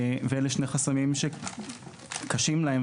ואלה שני חסמים שקשים להם,